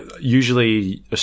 usually